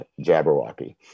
jabberwocky